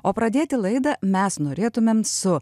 o pradėti laidą mes norėtumėm su